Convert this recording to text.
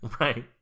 Right